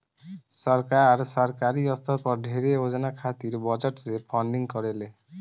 सरकार, सरकारी स्तर पर ढेरे योजना खातिर बजट से फंडिंग करेले